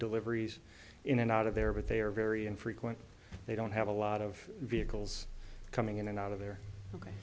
deliveries in and out of there but they are very infrequent they don't have a lot of vehicles coming in and out of there ok